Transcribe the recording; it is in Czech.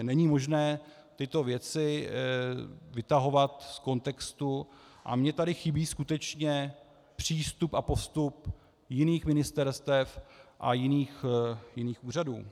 Není možné tyto věci vytahovat z kontextu a mně tady chybí skutečně přístup a postup jiných ministerstev a jiných úřadů.